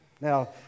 Now